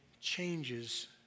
Changes